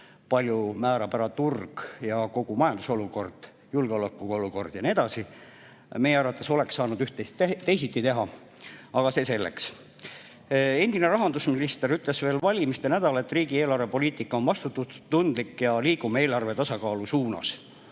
palju määrab ära turg ja kogu majanduse olukord, julgeolekuolukord ja nii edasi. Meie arvates oleks saanud üht-teist teisiti teha, aga see selleks. Endine rahandusminister ütles veel valimiste nädalal, et riigi eelarvepoliitika on vastutustundlik ja liigume eelarve tasakaalu suunas,